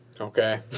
Okay